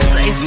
Say